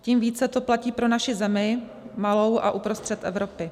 Tím více to platí pro naši zemi, malou a uprostřed Evropy.